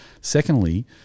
Secondly